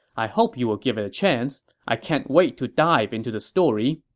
i hope you will give it a chance. i can't wait to dive into the story.